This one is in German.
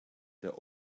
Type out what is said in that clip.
der